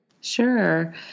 Sure